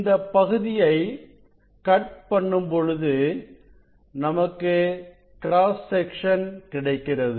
இந்தப் பகுதியை கட் பண்ணும் பொழுது நமக்கு கிராஸ் செக்சன் கிடைக்கிறது